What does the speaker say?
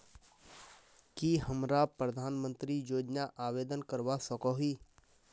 की हमरा प्रधानमंत्री योजना आवेदन करवा सकोही?